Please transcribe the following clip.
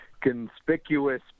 conspicuous